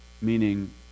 Meaning